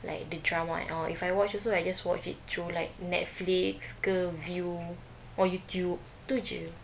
like the drama and all if I watch also I just watch it through like Netflix ke Viu or YouTube tu jer